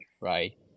right